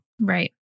Right